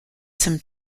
some